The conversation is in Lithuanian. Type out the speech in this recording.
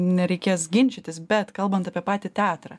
nereikės ginčytis bet kalbant apie patį teatrą